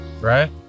right